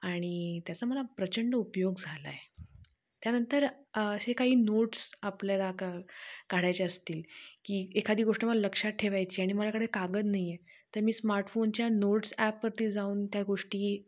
आणि त्याचा मला प्रचंड उपयोग झालाय त्यानंतर असे काही नोट्स आपल्याला का काढायचे असतील की एखादी गोष्ट मला लक्षात ठेवायची आणि मलाकडे कागद नाही आहे तर मी स्मार्टफोनच्या नोट्स ॲपवरती जाऊन त्या गोष्टी